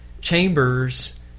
chambers